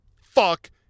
Fuck